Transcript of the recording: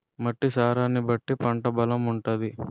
మట్టి సారాన్ని బట్టి పంట బలం ఉంటాది